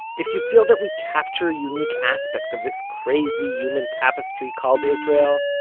if you feel that we capture unique aspects of this crazy human tapestry called israel,